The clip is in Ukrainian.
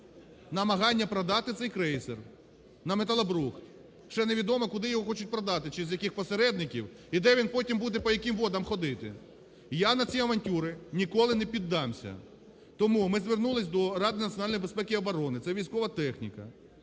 намагання продати цей крейсер на металобрухт. Ще не відомо, куди його хочуть продати, через яких посередників і де він потім буде, по яким водам ходити. Я на ці авантюри ніколи не піддамся. Тому ми звернулись до Ради національної безпеки і оборони, це військова техніка,